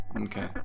Okay